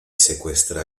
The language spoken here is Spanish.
secuestra